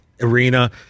arena